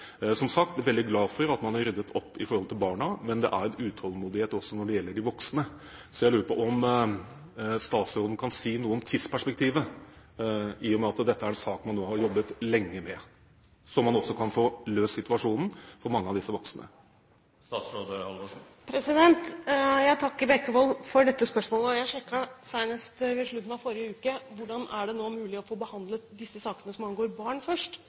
som sagt, veldig glad for at man har ryddet opp når det gjelder barna, men det er en utålmodighet også når det gjelder de voksne. Så jeg lurer på om statsråden kan si noe om tidsperspektivet, i og med at dette er en sak man nå har jobbet lenge med, slik at man også kan få løst situasjonen for mange av disse voksne. Jeg takker Bekkevold for dette spørsmålet. Jeg sjekket senest ved slutten av forrige uke: Hvordan er det mulig å få behandlet de sakene som angår barn, først?